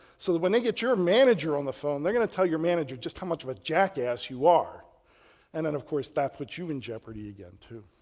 so when they get your manager on the phone, they're going to tell your manager just how much of a jackass you are and then of course that puts you in jeopardy again too.